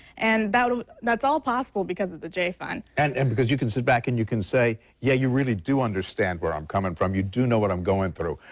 and that is all possible because of the jay fund. and and because you can sit back and you can say yeah you really do understand where i'm coming from, you do know what i'm going through.